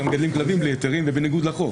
יש גם כאלה שמגדלים כלבים בלי היתרים ובניגוד לחוק.